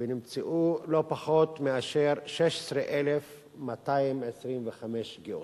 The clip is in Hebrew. ונמצאו לא פחות מאשר 16,225 שגיאות.